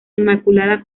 inmaculada